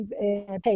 pay